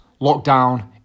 lockdown